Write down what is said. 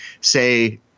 say